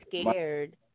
scared